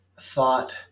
thought